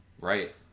right